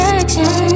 action